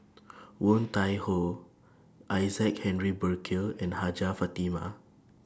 Woon Tai Ho Isaac Henry Burkill and Hajjah Fatimah